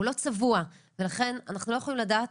הוא לא צבוע ולכן אנחנו לא יכולים לדעת